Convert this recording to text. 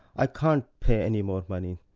i can't pay any more money.